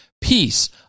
peace